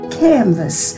canvas